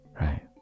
right